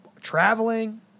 traveling